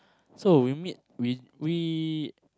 so we meet we we